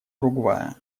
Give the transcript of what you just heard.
уругвая